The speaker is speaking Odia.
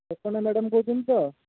ମ୍ୟାଡ଼ାମ୍ କହୁଛନ୍ତି ତ